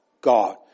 God